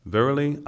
Verily